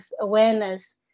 awareness